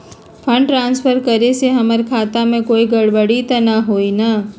Fund transfer करे से हमर खाता में कोई गड़बड़ी त न होई न?